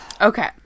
Okay